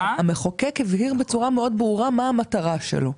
המחוקק הבהיר בצורה מאוד ברורה מה המטרה שלו.